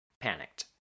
panicked